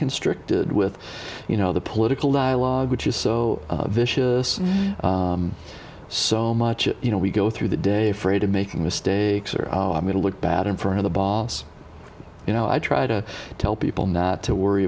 constricted with you know the political dialogue which is so vicious and so much you know we go through the day fraid of making mistakes are going to look bad in front of the boss you know i try to tell people not to worry